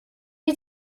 die